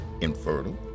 infertile